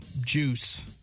juice